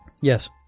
Yes